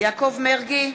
יעקב מרגי,